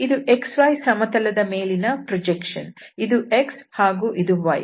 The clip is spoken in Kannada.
ಇದು xy ಸಮತಲದ ಮೇಲಿನ ಪ್ರೊಜೆಕ್ಷನ್ ಇದು x ಹಾಗೂ ಇದು y